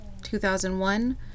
2001